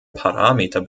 parameter